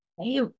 Hey